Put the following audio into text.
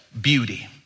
beauty